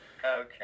Okay